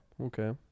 Okay